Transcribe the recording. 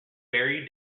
barry